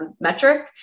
metric